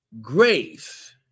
grace